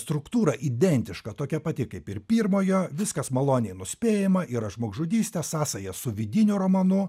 struktūra identiška tokia pati kaip ir pirmojo viskas maloniai nuspėjama yra žmogžudystė sąsaja su vidiniu romanu